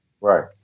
Right